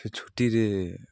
ସେ ଛୁଟିରେ